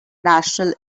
national